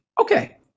Okay